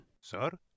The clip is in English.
Sir